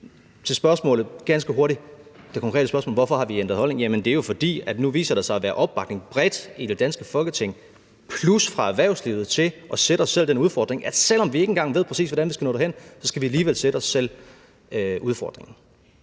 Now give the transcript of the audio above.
det sidste stykke. Til det konkrete spørgsmål om, hvorfor vi har ændret holdning, vil jeg ganske hurtigt sige, at det jo er, fordi der nu viser sig at være opbakning bredt i det danske Folketing og i erhvervslivet til at sætte os selv den udfordring, at selv om vi ikke engang ved, præcis hvordan vi skal nå derhen, så skal vi alligevel give os selv udfordringen.